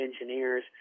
engineers